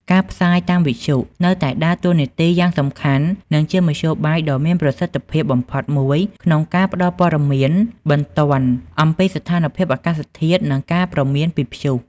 ការផ្សាយតាមវិទ្យុ នៅតែដើរតួនាទីយ៉ាងសំខាន់ និងជាមធ្យោបាយដ៏មានប្រសិទ្ធភាពបំផុតមួយក្នុងការផ្តល់ព័ត៌មានបន្ទាន់អំពីស្ថានភាពអាកាសធាតុ និងការព្រមានពីព្យុះ ។